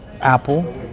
Apple